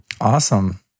Awesome